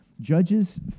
Judges